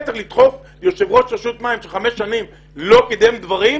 צריך לדחוף יושב-ראש רשות מים שחמש שנים לא קידם דברים,